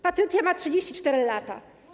Patrycja ma 34 lata.